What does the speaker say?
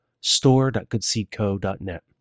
store.goodseedco.net